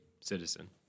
citizen